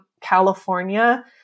California